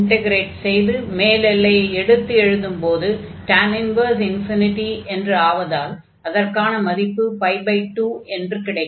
integrate செய்து மேல் எல்லையை எடுத்து எழுதும்போது என்று ஆவதால் அதற்கான மதிப்பு 2 என்று கிடைக்கும்